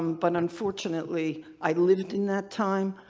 but unfortunately i lived in that time.